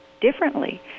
differently